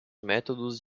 métodos